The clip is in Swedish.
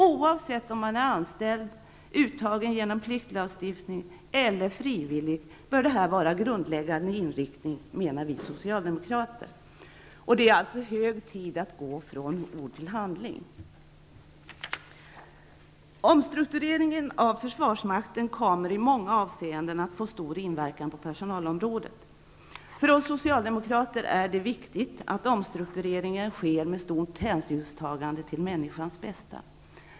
Oavsett om man är anställd, uttagen genom pliktlagstiftning eller frivillig, bör detta vara en grundläggande inriktning, menar vi socialdemokrater. Det är alltså hög tid att gå från ord till handling. Omstruktureringen av försvarsmakten kommer i många avseenden att få stor inverkan på personalområdet. För oss socialdemokrater är det viktigt att omstruktureringen sker med stort hänsynstagande till människans bästa.